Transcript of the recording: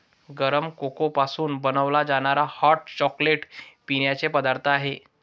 गरम कोको पासून बनवला जाणारा हॉट चॉकलेट पिण्याचा पदार्थ आहे